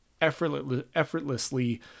effortlessly